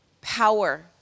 power